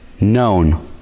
known